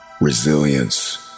Resilience